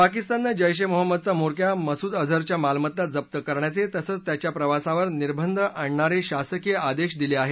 पाकिस्ताननं जैश ए मोहम्मदचा म्होरक्या मसूद अजहरच्या मालमत्ता जप्त करण्याचे तसंच त्याच्या प्रवासावर निर्बंध आणणारे शासकीय आदेश दिले आहेत